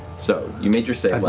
so you made your save